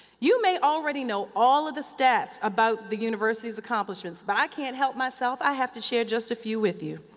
you may already know all of the stats about the university's accomplishments but i can't help myself. i have to share just a few with you.